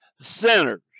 sinners